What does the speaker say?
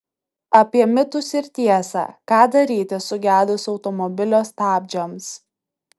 apie mitus ir tiesą ką daryti sugedus automobilio stabdžiams